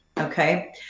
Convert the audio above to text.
okay